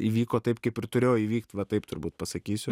įvyko taip kaip ir turėjo įvykt va taip turbūt pasakysiu